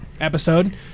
episode